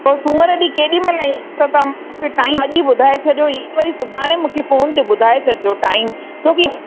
पोइ सूमरु ॾींहुं केॾी महिल ख़तम मूंखे टाइम अॼु ई ॿुधाए छॾियो ई वरी सुभाणे मूंखे फ़ोन ते ॿुधाए छॾिजो टाइम छो की